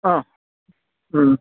ആ മ്മ്